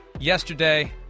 yesterday